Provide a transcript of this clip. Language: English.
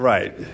Right